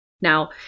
Now